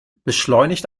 beschleunigt